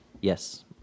Yes